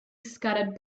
scattered